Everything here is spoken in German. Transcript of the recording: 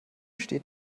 steht